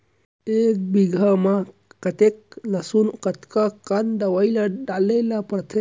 एक बीघा में कतेक लहसुन कतका कन दवई ल डाले ल पड़थे?